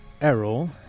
Errol